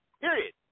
Period